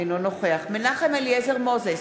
אינו נוכח מנחם אליעזר מוזס,